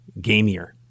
gamier